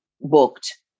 booked